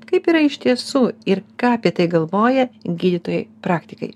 kaip yra iš tiesų ir ką apie tai galvoja gydytojai praktikai